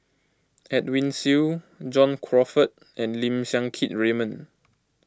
Edwin Siew John Crawfurd and Lim Siang Keat Raymond